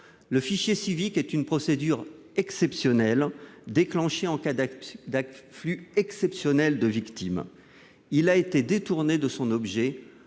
Le fichier Sivic est une procédure exceptionnelle déclenchée en cas d'afflux exceptionnel de victimes. Il a été détourné de son objet